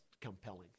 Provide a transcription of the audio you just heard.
compelling